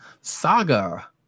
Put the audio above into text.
Saga